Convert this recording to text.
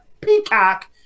Peacock